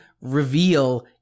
reveal